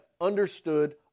understood